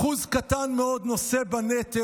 אחוז קטן מאוד נושא בנטל.